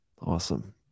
Awesome